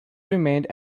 remained